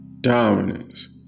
dominance